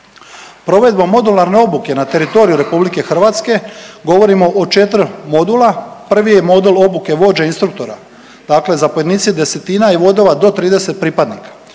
Provedbom modularne obuke na teritoriju Republike Hrvatske govorimo o četiri modula. Prvi je modul obuke vođe instruktora, dakle zapovjednici desetina i vodova do 30 pripadnika.